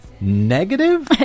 Negative